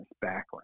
background